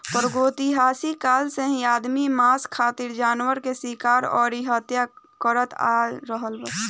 प्रागैतिहासिक काल से ही आदमी मांस खातिर जानवर के शिकार अउरी हत्या करत आ रहल बा